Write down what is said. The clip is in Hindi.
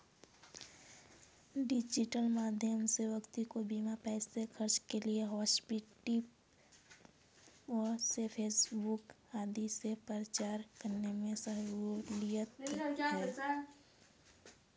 डिजिटल माध्यम से व्यक्ति को बिना पैसे खर्च किए व्हाट्सएप व फेसबुक आदि से प्रचार करने में सहूलियत है